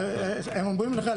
הם אומרים לך,